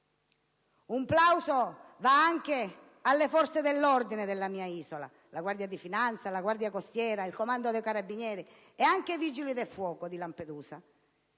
Un plauso va la anche alle forze dell'ordine della mia isola, alla Guardia di finanza, alla Guardia costiera, al comando dei Carabinieri e anche ai Vigili del fuoco di Lampedusa,